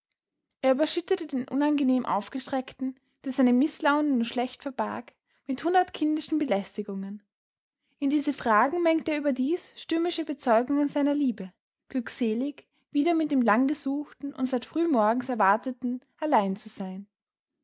er überschüttete den unangenehm aufgeschreckten der seine mißlaune nur schlecht verbarg mit hundert kindischen belästigungen in diese fragen mengte er überdies stürmische bezeugungen seiner liebe glückselig wieder mit dem langgesuchten und seit frühmorgens erwarteten allein zu sein